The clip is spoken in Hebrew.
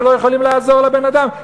שלא יכולים לעזור לבן-אדם,